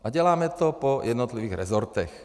A děláme to po jednotlivých rezortech.